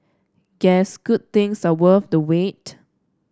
guess good things are worth the wait